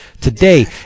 Today